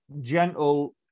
gentle